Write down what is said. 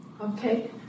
Okay